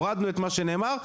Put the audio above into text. הורדנו את מה שנאמר,